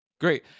Great